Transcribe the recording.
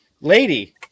Lady